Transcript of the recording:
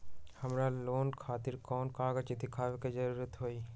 हमरा लोन खतिर कोन कागज दिखावे के जरूरी हई?